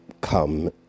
come